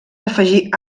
afegir